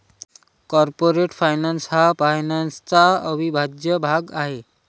corporate finance हा फायनान्सचा अविभाज्य भाग आहे